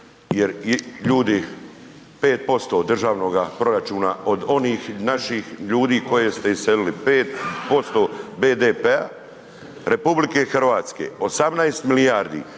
5% državnoga proračuna od onih naših ljudi koje ste iselili, 5% BDP-a RH, 18 milijardi